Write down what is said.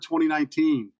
2019